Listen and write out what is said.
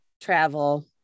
travel